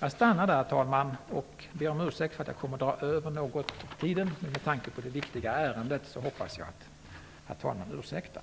Jag stannar där, och jag ber om ursäkt för att jag något kommer att överskrida min anmälda taletid. Med tanke på det viktiga ärendet hoppas jag att herr talmannen ursäktar.